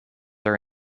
are